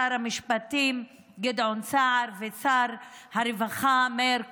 שר המשפטים גדעון סער ושר הרווחה מאיר כהן,